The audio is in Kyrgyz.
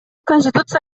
конституция